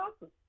awesome